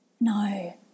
No